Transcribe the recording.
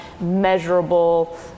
measurable